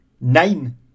Nine